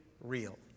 real